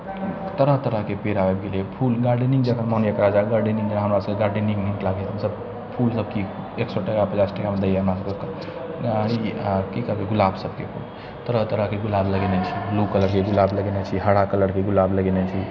तरह तरहके पेड़ आबि गेलै फूल गार्डनिंग हमरा सबके गार्डेन नीक लागै यऽ हमसब फूल सब कीन एक सए टाका पचास टाकामे दै यऽ हमरा सबके ई की गुलाब सबके फूल तरह तरहके गुलाब लगेने छी ब्लू कलरके लगेने छी हरा कलरके गुलाब लगेने छी